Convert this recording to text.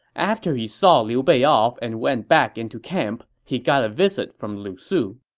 after he saw liu bei off and went back into camp, he got a visit from lu su